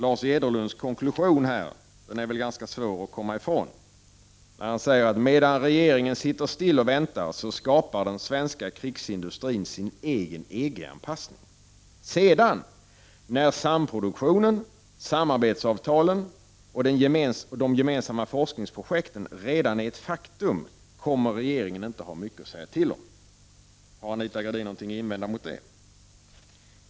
Lars Jederlunds konklusion är ganska svår att komma ifrån. Han säger att medan regeringen sitter still och väntar, skapar den svenska krigsindustrin sin egen EG-anpassning. Sedan, när samproduktionen, samarbetsavtalen och de gemensamma forskningsprojekten redan är ett faktum kommer regeringen inte att ha mycket att säga till om. Har Anita Gradin någonting att invända mot det?